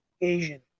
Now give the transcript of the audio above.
Asian